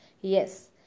Yes